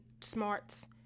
smarts